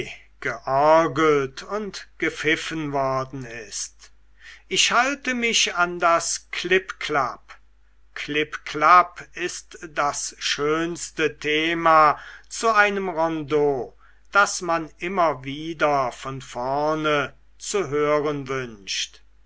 georgelt und gepfiffen worden ist ich halte mich an das klipp klapp klipp klapp ist das schönste thema zu einem rondeau das man immer wieder von vorne zu hören wünscht